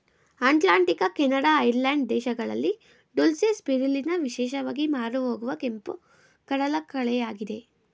Atlantic, Canada, Ireland ದೇಶಗಳಲ್ಲಿ dulse, spirulina ವಿಶೇಷವಾಗಿ ಮಾರುಹೋಗುವ ಕೆಂಪು ಕಡಲಕಳೆಯಾಗಿದೆ